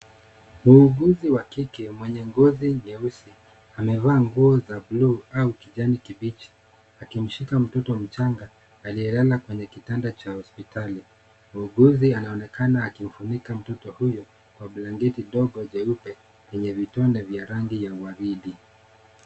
Muuguzi wa kike mwenye ngozi nyeusi, amevaa nguo za bluu au kijani kibichi akimshika mtoto mchanga aliyelala kwenye kitanda cha hospitali. Muuguzi anaonekana akimfunika mtoto huyo kwa blanketi dogo jeupe yenye vitonde vya rangi ya waridi.